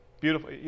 beautiful